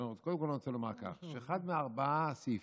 קודם כול אני רוצה לומר שאחד מארבעה הסעיפים,